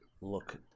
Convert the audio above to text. look